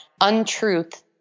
untruth